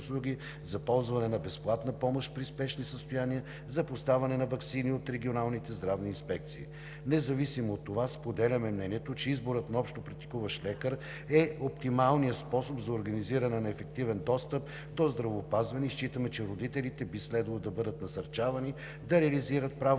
за ползване на безплатна помощ при спешни състояния, за поставяне на ваксини от регионалните здравни инспекции. Независимо от това, споделяме мнението, че изборът на общопрактикуващ лекар е оптималният способ за организиране на ефективен достъп до здравеопазване и считаме, че родителите би следвало да бъдат насърчавани да реализират правото